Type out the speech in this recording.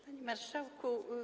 Panie Marszałku!